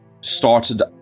started